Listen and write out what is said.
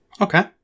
Okay